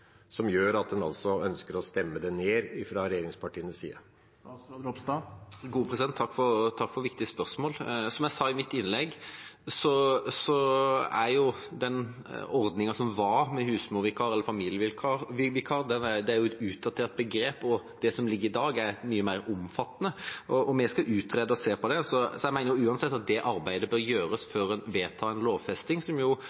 regjeringspartienes side, ønsker å stemme det ned? Takk for et viktig spørsmål. Som jeg sa i mitt innlegg, er den ordningen som var, og begrepene «husmorvikar» eller «familievikar», utdatert. Det som ligger i det i dag, er mye mer omfattende. Vi skal utrede det og se på det, og jeg mener uansett at det arbeidet bør gjøres